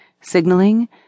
signaling